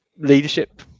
leadership